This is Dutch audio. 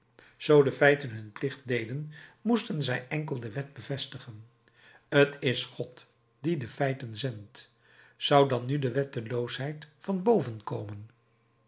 zoo de feiten hun plicht deden moesten zij enkel de wet bevestigen t is god die de feiten zendt zou dan nu de wetteloosheid van